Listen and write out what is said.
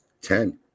ten